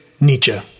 Nietzsche